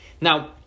now